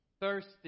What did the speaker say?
Thirsty